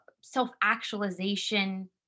self-actualization